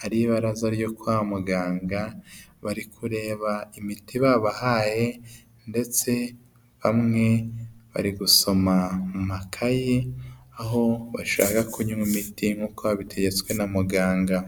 hari ibaraza ryo kwa muganga, bari kureba imiti babahaye ndetse bamwe bari gusoma makayi aho bashaka kunywa imiti nk'uko babitegetswe na muganga.